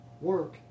Work